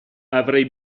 avrei